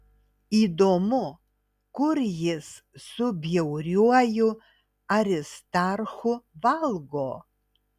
įdomu kur jis su bjauriuoju aristarchu valgo